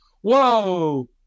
whoa